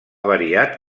variat